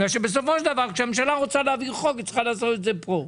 בגלל שבסופו של דבר כשהממשלה רוצה להעביר חוק היא צריכה לעשות את זה פה.